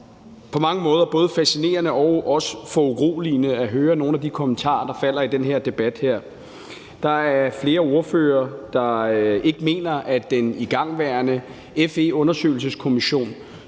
på mange måder både fascinerende og også foruroligende at høre nogle af de kommentarer, der falder i den her debat. Der er flere ordførere, der ikke mener, at den igangværende FE-undersøgelseskommission